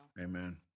Amen